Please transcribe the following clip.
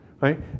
right